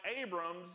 Abram's